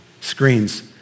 screens